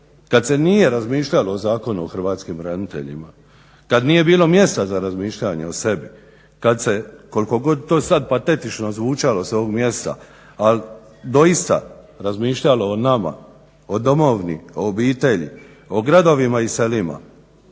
kad se nije razmišljalo o Zakonu o hrvatskim braniteljima kad nije bilo mjesta za razmišljanje o sebi, kad se koliko god to sad patetično zvučalo sa ovog mjesta al doista razmišljalo o nama, o domovini, o obitelji o gradovima i selima.